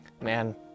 man